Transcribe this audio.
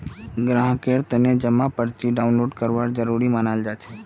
ग्राहकेर तने जमा पर्ची डाउनलोड करवा जरूरी मनाल जाछेक